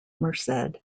merced